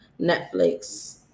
Netflix